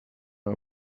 amb